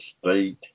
state